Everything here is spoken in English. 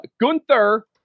Gunther